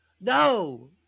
No